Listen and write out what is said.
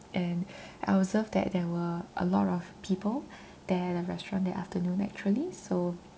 and I observed that there were a lot of people there at the restaurant that afternoon actually so